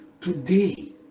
today